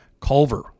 Culver